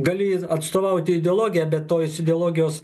galiu atstovauti ideologiją bet tos ideologijos